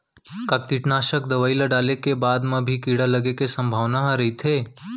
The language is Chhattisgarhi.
का कीटनाशक दवई ल डाले के बाद म भी कीड़ा लगे के संभावना ह रइथे?